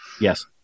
Yes